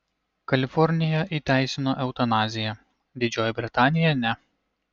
kalifornija įteisino eutanaziją didžioji britanija ne